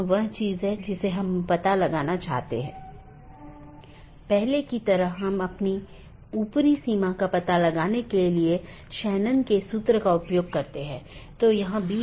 यह feature BGP साथियों को एक ही विज्ञापन में कई सन्निहित रूटिंग प्रविष्टियों को समेकित करने की अनुमति देता है और यह BGP की स्केलेबिलिटी को बड़े नेटवर्क तक बढ़ाता है